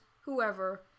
whoever